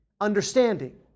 understanding